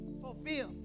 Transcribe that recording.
Fulfill